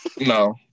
no